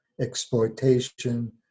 exploitation